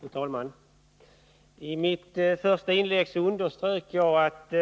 Fru talman! I mitt första inlägg underströk jag att